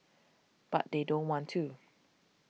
but they don't want to